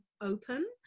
open